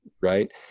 right